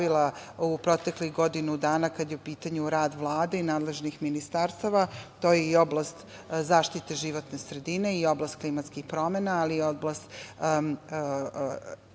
u proteklih godinu dana kada je u pitanju rad Vlade i nadležnih ministarstava, to je i oblast zaštite životne sredine i oblast klimatskih promen,a ali i oblast